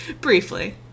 briefly